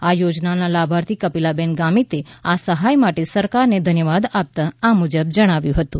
આ યોજનાના લાભાર્થી કપિલાબેન ગામીતે આ સહાય માટે સરકારના ધન્યવાદ આપતા આ મુજબ જણાવ્યું હતું